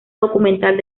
documental